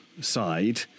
side